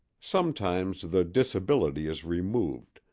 sometimes the disability is removed,